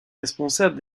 responsable